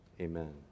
amen